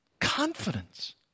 Confidence